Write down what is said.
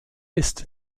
ist